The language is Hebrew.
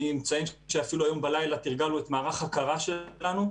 אפילו הלילה תרגלנו את מערך הקרה שלנו,